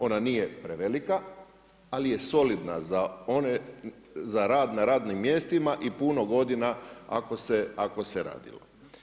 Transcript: Ona nije prevelika ali je solidna za one, za rad na radnim mjestima i puno godina ako se radilo.